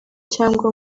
cyangwa